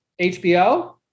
HBO